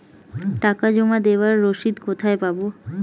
টাকা জমা দেবার রসিদ কোথায় পাব?